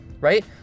right